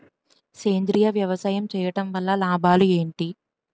సేంద్రీయ వ్యవసాయం చేయటం వల్ల లాభాలు ఏంటి?